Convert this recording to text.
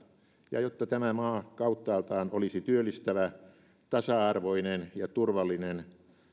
ja jotta tämä maa kauttaaltaan olisi työllistävä tasa arvoinen ja turvallinen